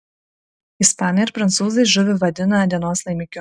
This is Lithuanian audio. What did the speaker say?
ispanai ar prancūzai žuvį vadina dienos laimikiu